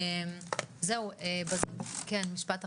תודה.